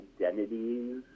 identities